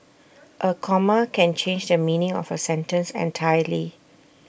A comma can change the meaning of A sentence entirely